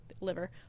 liver